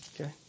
okay